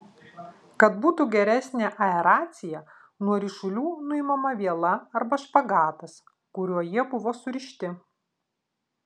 kad būtų geresnė aeracija nuo ryšulių nuimama viela arba špagatas kuriuo jie buvo surišti